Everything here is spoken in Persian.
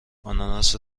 آناناس